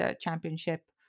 championship